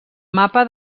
mapa